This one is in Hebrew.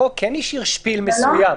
לחוק יש שפיל מסוים.